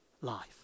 life